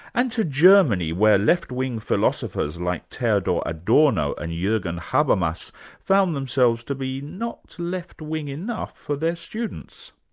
and to germany, where left-wing philosophers like theodore adorno and jurgen habermas found themselves to be not left-wing enough for their students.